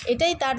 এটাই তার